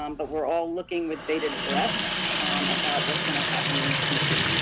um but we're all looking with bated breath about what's going to happen in the future.